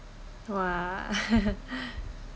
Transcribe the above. !wah!